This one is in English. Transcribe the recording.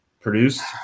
produced